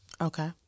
Okay